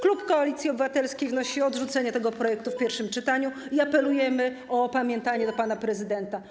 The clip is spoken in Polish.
Klub Koalicji Obywatelskiej wnosi o odrzucenie tego projektu w pierwszym czytaniu i apeluje o opamiętanie do pana prezydenta.